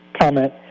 comment